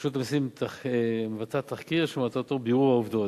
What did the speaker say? רשות המסים מבצעת תחקיר שמטרתו בירור העובדות.